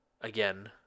again